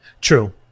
True